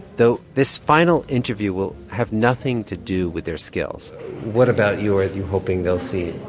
though this final interview will have nothing to do with their skills what about you are you hoping they'll see?